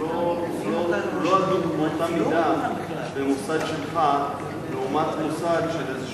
הוא אינו באותה מידה במוסד שלך לעומת מוסד של איזה גוף,